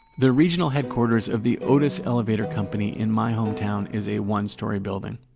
the regional headquarters of the otis elevator company in my hometown is a one-story building.